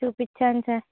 చూపిచ్చాను sir